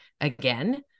again